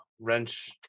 wrench